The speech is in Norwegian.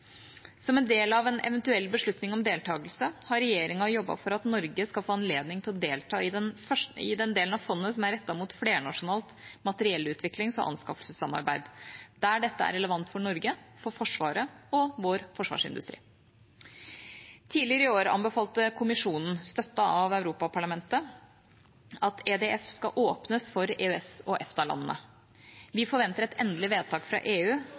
Som del av en eventuell beslutning om deltakelse har regjeringa jobbet for at Norge skal få anledning til å delta i den delen av fondet som er rettet mot flernasjonalt materiellutviklings- og anskaffelsessamarbeid, der dette er relevant for Norge, Forsvaret og vår forsvarsindustri. Tidligere i år anbefalte Kommisjonen, støttet av Europaparlamentet, at EDF skal åpnes for EØS- og EFTA-landene. Vi forventer et endelig vedtak fra EU